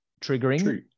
triggering